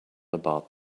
about